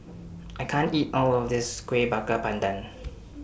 I can't eat All of This Kueh Bakar Pandan